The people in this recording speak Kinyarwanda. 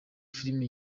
filimi